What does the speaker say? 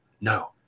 no